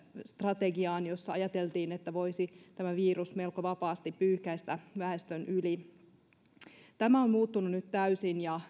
strategiaan jossa ajateltiin että tämä virus voisi melko vapaasti pyyhkäistä väestön yli tämä on muuttunut nyt täysin ja